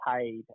paid